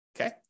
okay